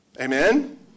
Amen